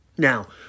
Now